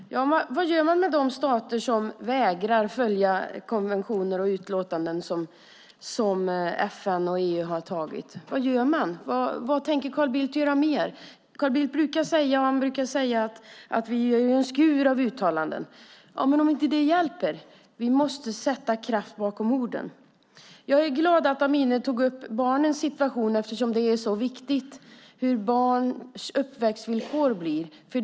Herr talman! Vad gör man med de stater som vägrar följa konventioner och utlåtanden som FN och EU har antagit? Vad tänker Carl Bildt göra mer? Carl Bildt brukar säga att vi gör en skur av uttalanden. Men om inte det hjälper? Vi måste sätta kraft bakom orden. Jag är glad att Amineh tog upp barnens situation, eftersom det är så viktigt hurdana barns uppväxtvillkor blir.